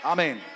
Amen